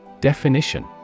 Definition